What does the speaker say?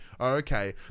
okay